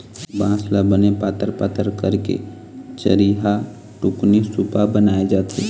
बांस ल बने पातर पातर करके चरिहा, टुकनी, सुपा बनाए जाथे